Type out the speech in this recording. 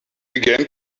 began